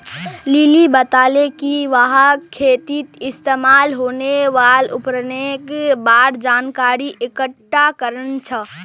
lily बताले कि वहाक खेतीत इस्तमाल होने वाल उपकरनेर बार जानकारी इकट्ठा करना छ